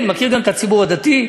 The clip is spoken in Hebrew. אני מכיר גם את הציבור הדתי.